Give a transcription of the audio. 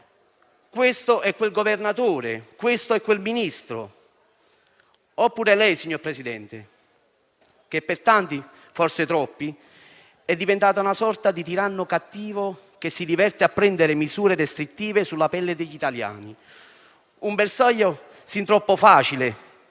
questo o quel Governatore, questo o quel Ministro; oppure lei, signor Presidente, che per tanti (forse troppi) è diventato una sorta di tiranno cattivo, che si diverte a prendere misure restrittive sulla pelle degli italiani; un bersaglio fin troppo facile